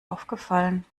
aufgefallen